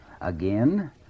Again